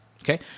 Okay